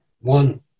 One